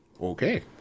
Okay